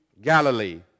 Galilee